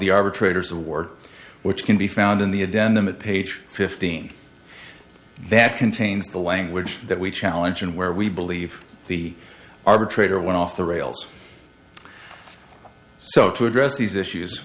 the arbitrator's award which can be found in the adenoma page fifteen that contains the language that we challenge and where we believe the arbitrator went off the rails so to address these issues